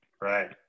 right